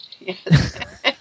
Yes